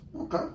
okay